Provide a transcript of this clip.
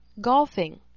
Golfing